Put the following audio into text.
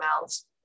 mouths